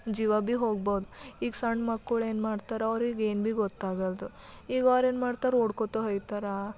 ಜೀವ ಭೀ ಹೋಗ್ಬೋದು ಈಗ ಸಣ್ಣ ಮಕ್ಕಳು ಏನ್ಮಾಡ್ತಾರೆ ಅವ್ರಿಗೆ ಏನು ಭೀ ಗೊತ್ತಾಗಲ್ದು ಈಗವ್ರು ಏನ್ಮಾಡ್ತಾರೆ ಓಡ್ಕೊತ ಹೋಗ್ತಾರೆ